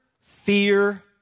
fear